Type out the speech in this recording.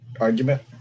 argument